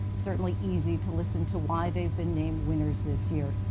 it's certainly easy to listen to why they've been named winners this year.